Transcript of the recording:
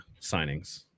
signings